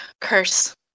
curse